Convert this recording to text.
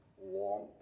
warm